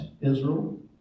Israel